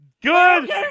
Good